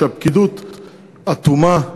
שהפקידות אטומה,